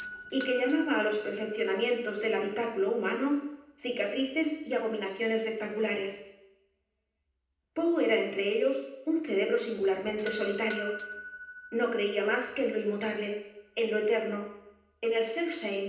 y que llamaba á los perfeccionamientos del habitáculo humano cicatrices y abominaciones r e c tangulares poe era entre ellos u n cerebro singularmente solitario no creía más que en lo inmutable en lo eterno en el